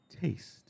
taste